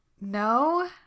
No